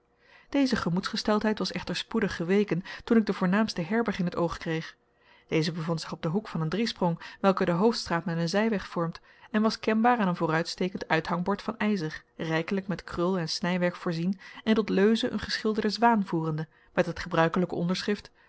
deze gemoedsgesteldheid was echter spoedig geweken toen ik de voornaamste herberg in het oog kreeg deze bevond zich op den hoek van een driesprong welke de hoofdstraat met een zijweg vormt en was kenbaar aan een vooruitstekend uithangbord van ijzer rijkelijk met krul en snijwerk voorzien en tot leuze een geschilderden zwaan voerende met het gebruikelijk onderschrift